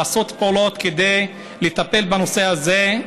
לעשות פעולות כדי לטפל בנושא הזה,